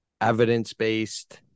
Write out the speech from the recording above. evidence-based